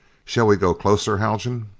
shall we go closer, haljan?